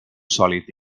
sòlid